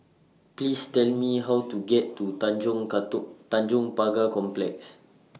Please Tell Me How to get to Tanjong cartoon Tanjong Pagar Complex